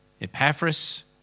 Epaphras